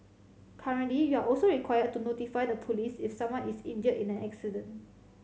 currently you're also required to notify the police if someone is injured in an accident